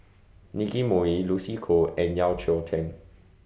Nicky Moey Lucy Koh and Yeo Cheow Tong